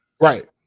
Right